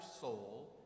soul